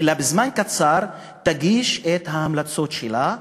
אלא בזמן קצר תגיש את ההמלצות שלה,